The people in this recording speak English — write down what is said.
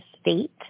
state